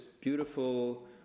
beautiful